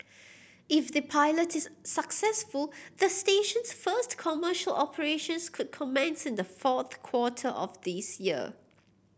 if the pilot is successful the station's first commercial operations could commence in the fourth quarter of this year